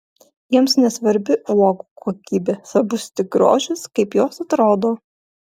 jiems nesvarbi uogų kokybė svarbus tik grožis kaip jos atrodo